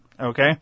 Okay